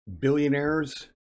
billionaires